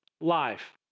life